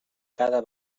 cada